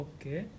Okay